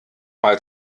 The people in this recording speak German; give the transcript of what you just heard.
mal